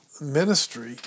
ministry